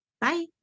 Bye